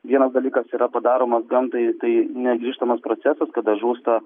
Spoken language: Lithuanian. vienas dalykas yra padaroma gamtai tai negrįžtamas procesas kada žūsta